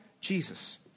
Jesus